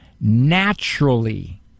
naturally